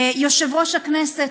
יושב-ראש הכנסת,